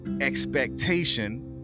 expectation